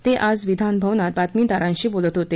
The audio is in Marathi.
ते आज विधान भवनात बातमीदारांशी बोलत होते